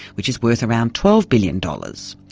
which is worth around twelve billion dollars.